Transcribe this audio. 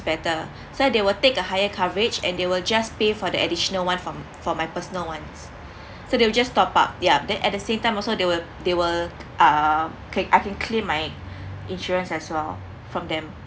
better so they will take a higher coverage and they will just pay for the additional one from from my personal ones so they will just top up ya then at the same time also they will they will uh can I can claim my insurance as well from them